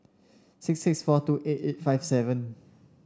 six six four two eight eight five seven